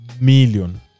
million